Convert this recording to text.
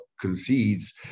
concedes